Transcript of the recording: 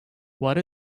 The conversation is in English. what